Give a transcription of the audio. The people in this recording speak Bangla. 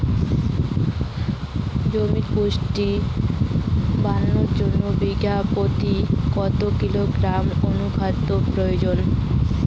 জমির পুষ্টি বাড়ানোর জন্য বিঘা প্রতি কয় কিলোগ্রাম অণু খাদ্যের প্রয়োজন?